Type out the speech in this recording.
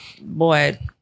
Boy